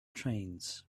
trains